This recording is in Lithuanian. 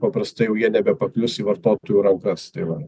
paprastai jau jie nebepaklius į vartotojų rankas tai va